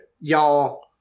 y'all